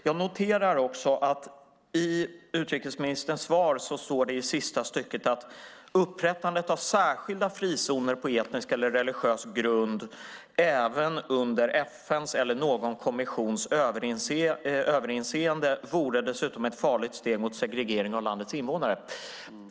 Jag noterar också att det i sista stycket av utrikesministerns svar står: "Upprättandet av särskilda frizoner på etnisk eller religiös grund, även under FN:s eller någon kommissions överinseende, vore dessutom ett farligt steg mot segregering av landets invånare."